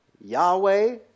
Yahweh